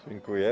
Dziękuję.